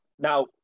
Now